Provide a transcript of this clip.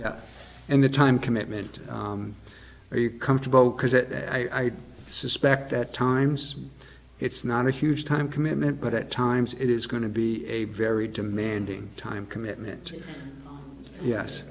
you and the time commitment are you comfortable because that i suspect that times it's not a huge time commitment but at times it is going to be a very demanding time commitment yes